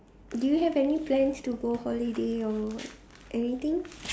do you have any plans to go holiday or anything